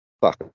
fuck